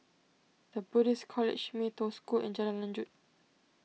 the Buddhist College Mee Toh School and Jalan Lanjut